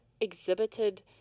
exhibited